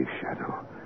shadow